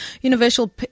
Universal